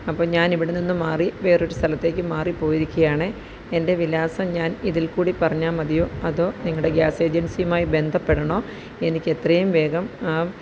അപ്പോള് ഞാന് ഇവിടെനിന്ന് മാറി വേറൊരു സ്ഥലത്തേക്ക് മാറിപ്പോയിരിക്കുകയാണ് എന്റെ വിലാസം ഞാന് ഇതില്കൂടി പറഞ്ഞാല് മതിയോ അതോ നിങ്ങളുടെ ഗ്യാസ് ഏജന്സിയുമായി ബന്ധപ്പെടണോ എനിക്കെത്രയും വേഗം